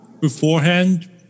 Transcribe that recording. beforehand